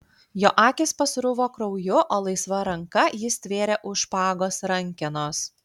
jo akys pasruvo krauju o laisva ranka jis stvėrė už špagos rankenos